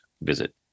visit